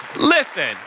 Listen